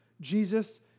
Jesus